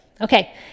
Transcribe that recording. Okay